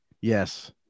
Yes